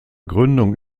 gründung